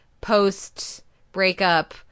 post-breakup